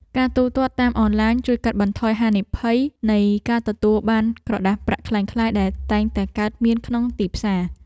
ការទូទាត់តាមអនឡាញជួយកាត់បន្ថយហានិភ័យនៃការទទួលបានក្រដាសប្រាក់ក្លែងក្លាយដែលតែងតែកើតមានក្នុងទីផ្សារ។